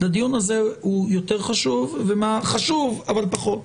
הוא יותר חשוב ומה חשוב אבל פחות.